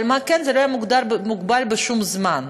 אבל מה שכן, זה לא היה מוגבל בשום זמן.